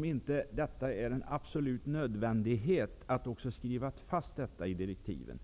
det inte helt nödvändigt att skriva in detta i direktiven?